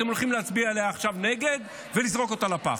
אתם הולכים להצביע עליה עכשיו נגד ולזרוק אותה לפח.